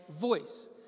voice